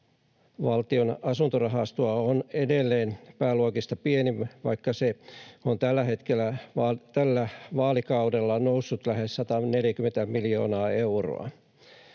Valtion asuntorahastoa on edelleen pääluokista pienin, vaikka se on tällä vaalikaudella noussut lähes 140 miljoonaa euroa.